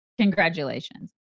congratulations